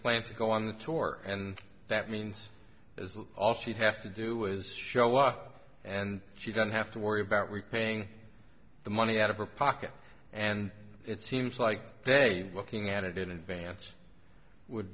plan to go on the tour and that means as all she has to do is show up and she doesn't have to worry about repaying the money out of her pocket and it seems like day looking at it in advance would